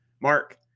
Mark